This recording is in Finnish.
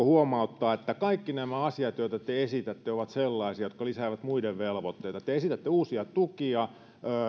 huomauttaa että kaikki nämä asiat joita te esitätte ovat sellaisia jotka lisäävät muiden velvoitteita te esitätte uusia tukia